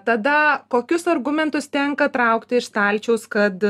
tada kokius argumentus tenka traukti iš stalčiaus kad